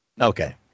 Okay